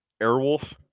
Airwolf